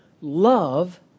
Love